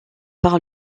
par